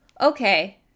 Okay